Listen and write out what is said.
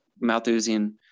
Malthusian